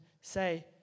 say